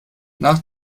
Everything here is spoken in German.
nach